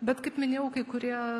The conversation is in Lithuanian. bet kaip minėjau kai kurie